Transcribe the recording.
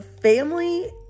family